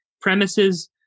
premises